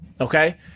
Okay